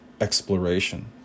exploration